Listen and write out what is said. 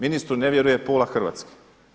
Ministru ne vjeruje pola Hrvatske.